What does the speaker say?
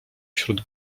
wśród